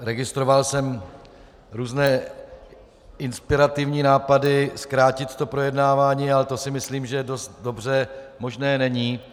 Registroval jsem různé inspirativní nápady zkrátit projednávání, ale to si myslím, že dost dobře možné není.